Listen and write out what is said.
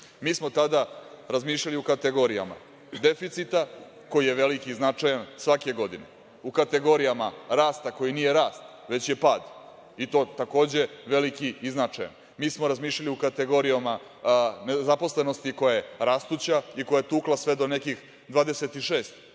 smo tada razmišljali u kategorijama deficita, koji je veliki i značajan svake godine, u kategorijama rasta koji nije rast već je pad, i to takođe veliki i značajan, mi smo razmišljali u kategorijama nezaposlenosti koja je rastuća i koja je tukla sve do nekih